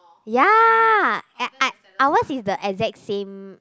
ya I I ours is the exact same